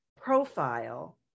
profile